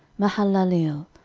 mahalaleel,